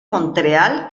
montreal